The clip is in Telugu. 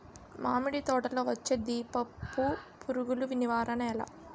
మామిడి తోటలో వచ్చే దీపపు పురుగుల నివారణ ఎలా?